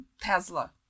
tesla